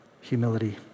humility